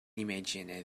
imagine